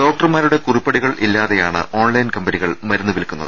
ഡോക്ടർമാരുടെ കുറിപ്പുകളില്ലാതെയാണ് ഓൺലൈൻ കമ്പ നികൾ മരുന്നു വില്ക്കുന്നത്